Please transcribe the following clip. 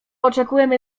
oczekujemy